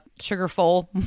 sugar-full